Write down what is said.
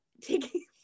taking